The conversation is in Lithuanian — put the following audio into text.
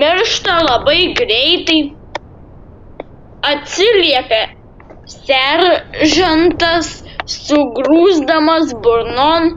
miršta labai greitai atsiliepė seržantas sugrūsdamas burnon